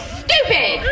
stupid